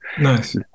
Nice